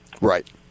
Right